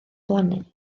plannu